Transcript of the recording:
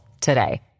today